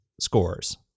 scores